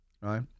right